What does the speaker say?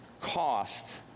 Cost